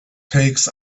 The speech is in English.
takes